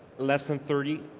less than thirty.